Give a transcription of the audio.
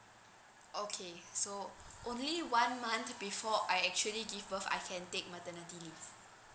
okay so only one month before I actually give birth I can take maternity leave